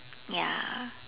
ya